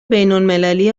بینالمللی